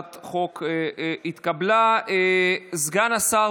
ההצבעה תהיה אלקטרונית, אז נא לשבת